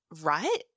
right